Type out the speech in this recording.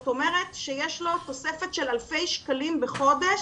כלומר, יש לו תוספת של אלפי שקלים בחודש